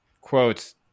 quotes